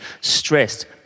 stressed